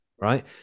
right